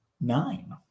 Nine